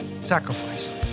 sacrifice